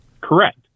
Correct